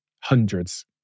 hundreds